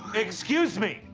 excuse me.